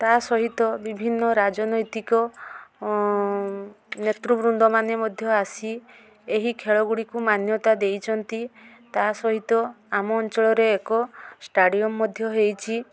ତା ସହିତ ବିଭିନ୍ନ ରାଜନୈତିକ ନେତୃ ବୃନ୍ଦମାନେ ମଧ୍ୟ ଆସି ଏହି ଖେଳ ଗୁଡ଼ିକୁ ମାନ୍ୟତା ଦେଇଛନ୍ତି ତା ସହିତ ଆମ ଅଞ୍ଚଳରେ ଏକ ଷ୍ଟାଡ଼ିୟମ୍ ମଧ୍ୟ ହେଇଛି